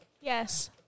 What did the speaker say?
Yes